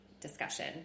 discussion